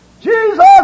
Jesus